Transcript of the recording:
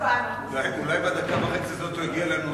אולי בדקה וחצי האלה הוא יגיע לנושא.